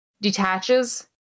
Detaches